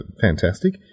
fantastic